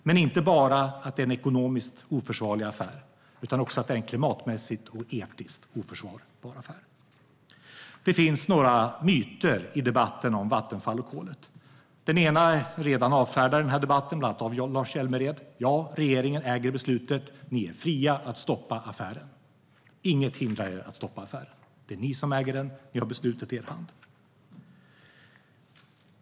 Men det är inte bara en ekonomiskt oförsvarlig affär. Det är också är en klimatmässigt och etiskt oförsvarlig affär. Det finns några myter i debatten om Vattenfall och kolet. En är redan avfärdad i den här debatten, bland annat av Lars Hjälmered. Ja, regeringen äger beslutet. Ni är fria att stoppa affären. Inget hindrar er från att stoppa affären. Det är ni som äger den. Ni har beslutet i er hand.